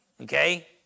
Okay